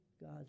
God